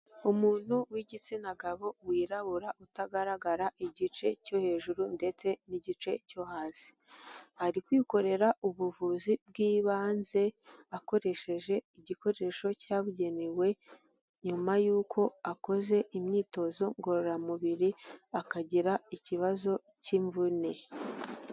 Umuntu w'igitsina gabo, wirabura, utagaragara igice cyo hejuru ndetse n' igice cyo hasi. Ari kwikorera ubuvuzi bw'ibanze akoresheje igikoresho cyabugenewe, nyuma y'uko akoze imyitozo ngororamubiri akagira ikibazo cy'imvune.